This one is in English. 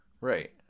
right